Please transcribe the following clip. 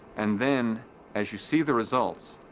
and then as you see the results,